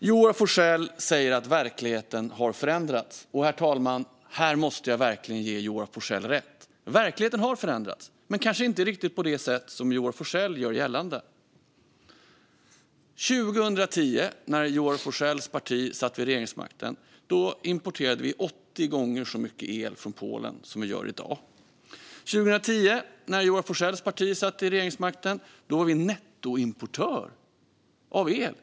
Joar Forssell säger att verkligheten har förändrats. Här måste jag verkligen ge Joar Forssell rätt, herr talman. Verkligheten har förändrats, men kanske inte riktigt på det sätt som Joar Forssell gör gällande. År 2010, när Joar Forssells parti satt vid regeringsmakten, importerade vi 80 gånger så mycket el från Polen mot vad vi gör i dag. År 2010, när Joar Forssells parti satt vid regeringsmakten, var vi nettoimportörer av el.